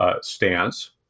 stance